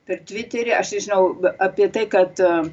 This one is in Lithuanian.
per tviterį aš nežinau apie tai kad